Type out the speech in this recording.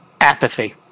Apathy